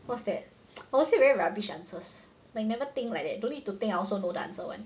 what's that oh I'd say very rubbish answers like never think like that don't need to think I also know the answers [one]